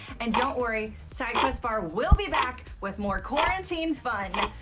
and don't worry, sidequest bar will be back with more quarantine fun